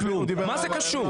מה זה קשור?